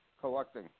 collecting